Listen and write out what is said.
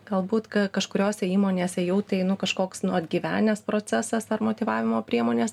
galbūt kažkuriose įmonėse jau tai nu kažkoks atgyvenęs procesas ar motyvavimo priemonės